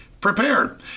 prepared